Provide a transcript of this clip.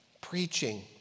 preaching